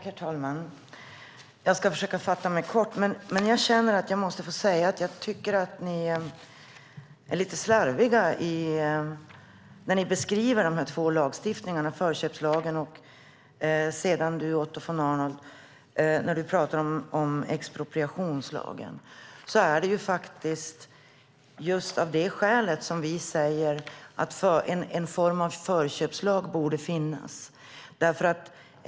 Herr talman! Jag ska försöka fatta mig kort. Men jag måste få säga att jag tycker att ni är lite slarviga när ni beskriver dessa två lagstiftningar, förköpslagen och expropriationslagen. Det är just av det skälet som vi säger att en form av förköpslag borde finnas.